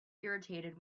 irritated